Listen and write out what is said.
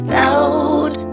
loud